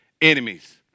enemies